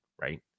right